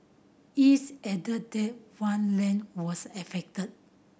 is added that one lane was affected